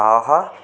ஆஹா